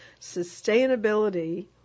Sustainability